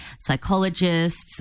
psychologists